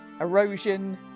erosion